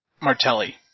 Martelli